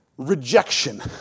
rejection